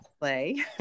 play